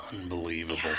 Unbelievable